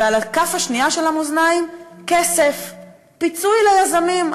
ועל הכף השנייה של המאזניים, כסף, פיצוי ליזמים.